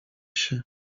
się